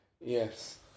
Yes